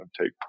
take